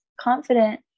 confident